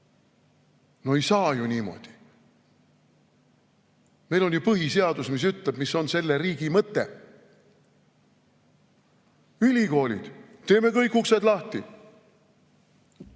No ei saa ju niimoodi! Meil on põhiseadus, mis ütleb, mis on selle riigi mõte. Ülikoolid – teeme kõik uksed lahti!